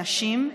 נשים.